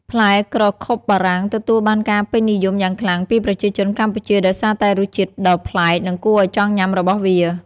ផ្លែក្រខុបបារាំងទទួលបានការពេញនិយមយ៉ាងខ្លាំងពីប្រជាជនកម្ពុជាដោយសារតែរសជាតិដ៏ប្លែក និងគួរឲ្យចង់ញ៉ាំរបស់វា។